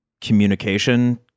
communication